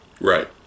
Right